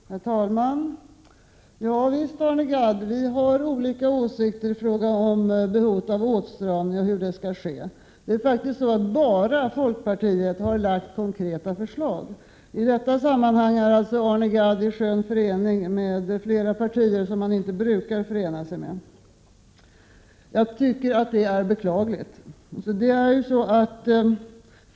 Herr talman! Ja, visst har vi olika åsikter i frågan om behovet av åtstramningar och hur de skall gå till, Arne Gadd. Bara folkpartiet har framlagt konkreta förslag i denna fråga. I det sammanhanget är Arne Gadd i skön förening med flera partier som han inte brukar förena sig med. Jag tycker att detta är beklagligt.